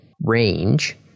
range